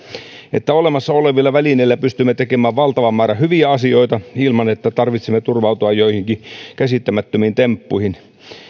että olemassa olevilla välineillä pystymme tekemään valtavan määrän hyviä asioita ilman että tarvitsee turvautua joihinkin käsittämättömiin temppuihin